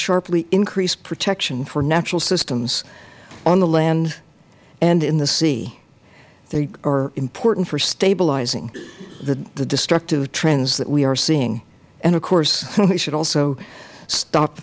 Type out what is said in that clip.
sharply increase protection for natural systems on the land and in the sea they are important for stabilizing the destructive trends that we are seeing and of course we should also st